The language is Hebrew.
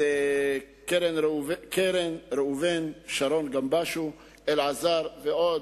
קרן, ראובן, שרון גמבשו, אלעזר, ועוד.